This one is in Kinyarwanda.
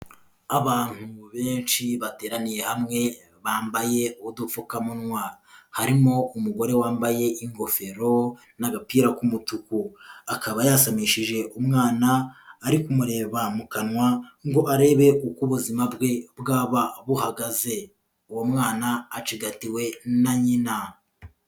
Abantu benshi bateraniye hamwe bambaye udupfukamunwa. Harimo umugore wambaye ingofero n'agapira k'umutuku. Akaba yasamishije umwana ari kumureba mu kanwa ngo arebe uko ubuzima bwe bwaba buhagaze. Uwo mwana acigatiwe na nyina.